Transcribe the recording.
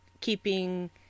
keeping